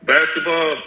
Basketball